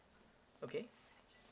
okay